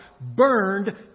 burned